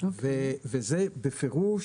וזה בפירוש,